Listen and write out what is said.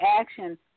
action